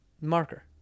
Marker